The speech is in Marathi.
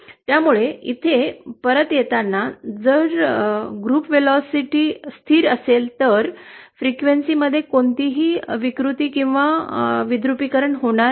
त्यामुळे इथे परत येताना जर समूहाचा वेग स्थिर असेल तर फ्रिक्वेन्सीमध्ये कोणतीही विकृती किंवा विद्रुपीकरण होणार नाही